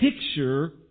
picture